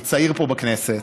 אני צעיר פה בכנסת,